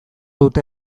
dute